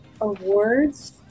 Awards